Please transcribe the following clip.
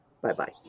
Bye-bye